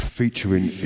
featuring